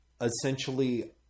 essentially